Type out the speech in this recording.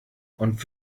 und